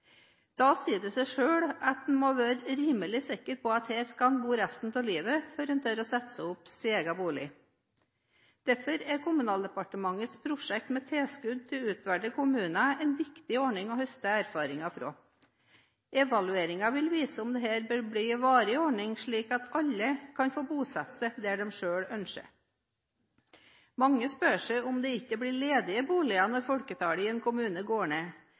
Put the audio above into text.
Da sier det seg selv at man må være rimelig sikker på at her skal man bo resten av livet før man tør å sette opp sin egen bolig. Derfor er Kommunaldepartementets prosjekt med tilskudd til utvalgte kommuner en viktig ordning å høste erfaringer fra. Evalueringen vil vise om dette bør bli en varig ordning slik at alle kan få bosette seg der de ønsker. Mange spør seg om det ikke blir ledige boliger når folketallet i en kommune går ned,